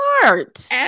smart